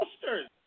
posters